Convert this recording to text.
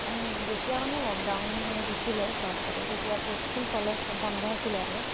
অ' যেতিয়া মানে লকডাউন দিছিলে ফাৰ্ষ্টতে তেতিয়াতো স্কুল কলেজ সব বন্ধ আছিলে আৰু